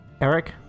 eric